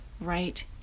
right